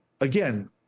again